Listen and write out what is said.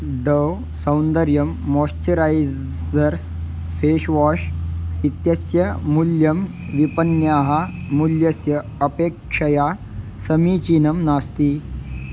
Dove सौन्दर्यं moisturisers face wash इत्यस्य मूल्यं विपन्याः मूल्यस्य अपेक्षया समीचीनं नास्ति